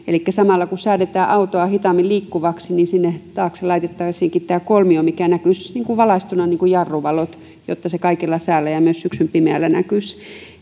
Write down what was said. elikkä samalla kun säädetään autoa hitaammin liikkuvaksi niin sinne taakse laitettaisiinkin kolmio mikä näkyisi valaistuna niin kuin jarruvalot jotta se kaikella säällä ja myös syksyn pimeällä näkyisi